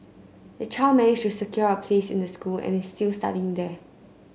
the child managed to secure a place in the school and is still studying there